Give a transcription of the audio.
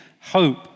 hope